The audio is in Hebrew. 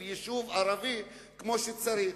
של יישוב ערבי כמו שצריך.